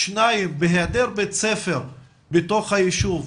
שניים, בהיעדר בית ספר בתוך היישוב,